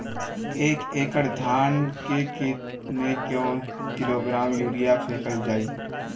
एक एकड़ धान के खेत में क किलोग्राम यूरिया फैकल जाई?